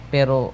Pero